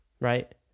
right